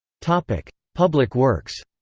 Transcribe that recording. public public works